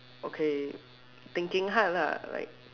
okay thinking hard lah like